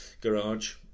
garage